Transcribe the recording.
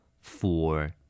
four